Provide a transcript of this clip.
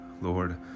Lord